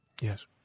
Yes